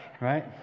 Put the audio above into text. Right